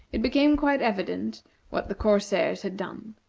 it became quite evident what the corsairs had done.